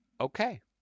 okay